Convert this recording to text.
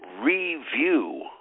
review